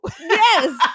Yes